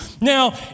Now